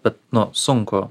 bet nu sunku